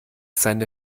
seine